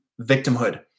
victimhood